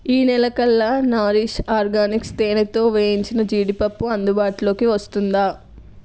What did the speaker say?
ఈ నెల కల్లా నారిష్ ఆర్గానిక్స్ తేనెతో వేయించిన జీడిపప్పు అందుబాటులోకి వస్తుందా